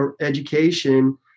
education